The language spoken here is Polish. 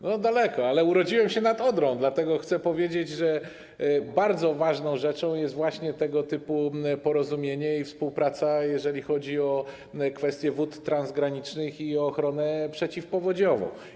No daleko, ale urodziłem się nad Odrą, dlatego chcę powiedzieć, że bardzo ważną rzeczą jest właśnie tego typu porozumienie i współpraca, jeżeli chodzi o kwestię wód transgranicznych i o ochronę przeciwpowodziową.